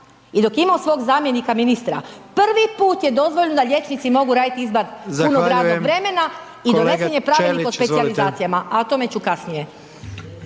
i dok je imamo svog zamjenika ministra prvi put je dozvoljeno da liječnici mogu radi izvan punog …/Upadica: Zahvaljujem./… radnog vremena i donesen je Pravilnik o specijalizacijama, a o tome ću kasnije.